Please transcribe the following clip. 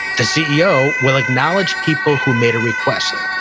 the ceo will acknowledge people who made a request.